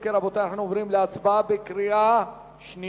אם כן, רבותי, אנחנו עוברים להצבעה בקריאה שנייה.